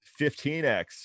15x